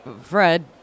Fred